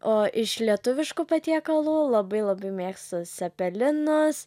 o iš lietuviškų patiekalų labai labai mėgstu cepelinus